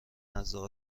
نزد